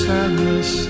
Sadness